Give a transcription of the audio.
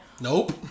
Nope